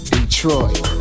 Detroit